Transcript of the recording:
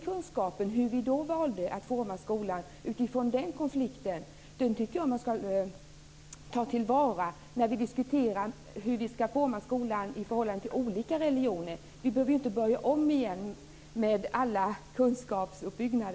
Kunskapen om hur vi valde att forma skolan utifrån den konflikten, tycker jag att vi skall ta till vara när vi diskuterar hur vi skall forma skolan i förhållande till olika religioner. Vi behöver ju inte börja om igen med all kunskapsuppbyggnad.